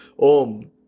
Om